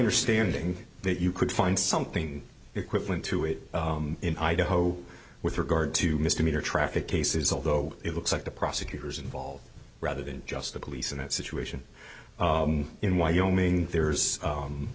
understanding that you could find something equivalent to it in idaho with regard to misdemeanor traffic cases although it looks like the prosecutor's involved rather than just the police in that situation in wyoming there's